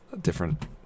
different